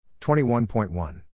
21.1